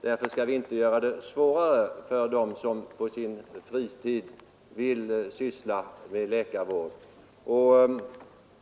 Därför skall vi inte göra det svårare för dem som på sin fritid vill utöva läkarvård.